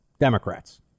Democrats